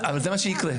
זה מה שיקרה.